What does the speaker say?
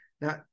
Now